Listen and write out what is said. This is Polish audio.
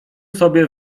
sobie